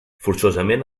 forçosament